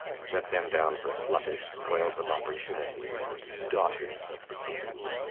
set them down for sluttish spoils of opportunity, and daughters of the game.